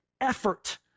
effort